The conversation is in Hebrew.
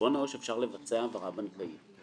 בחשבון עו"ש אפשר לבצע העברה בנקאית.